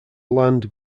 land